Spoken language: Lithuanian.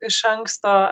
iš anksto